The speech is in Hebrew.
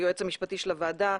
היועץ המשפטי של הוועדה.